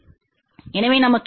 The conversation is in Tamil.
எனவே நமக்கு என்ன கிடைக்கும்